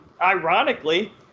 ironically